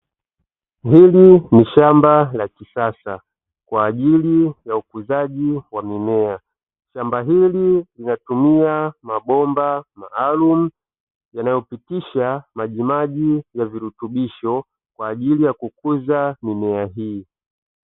Hili ni shamba la kisasa kwa ajili ya ukuzaji wa mimea. Shamba hili linatumia mabomba maalumu yanayopitisha majimaji ya virutubisho kwa ajili ya kukuza mimea hii.